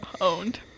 Owned